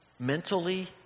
Mentally